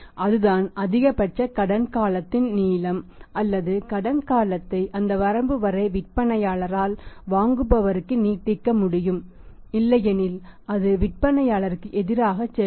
அதுதான் அதிகபட்ச கடன் காலத்தின் நீளம் அல்லது கடன் காலத்தை அந்த வரம்பு வரை விற்பனையாளரால் வாங்குபவருக்கு நீட்டிக்க முடியும் இல்லையெனில் அது விற்பனையாளருக்கு எதிராக செல்லும்